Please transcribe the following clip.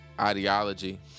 ideology